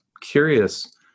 curious